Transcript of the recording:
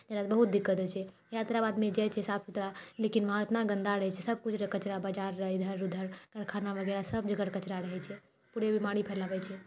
जकरासँ बहुत दिक्कत होइ छै यात्रामे आदमी जाइ छै आदमी साफ सुथरा लेकिन वहाँ एतना गन्दा रहै छै सब कुछ कचरा बजार इधर उधर कारखाना वगैरह सब जगह कचरा रहै छै पूरे बीमारी फैलाबै छै